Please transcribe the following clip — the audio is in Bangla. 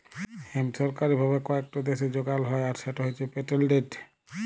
হেম্প সরকারি ভাবে কয়েকট দ্যাশে যগাল যায় আর সেট হছে পেটেল্টেড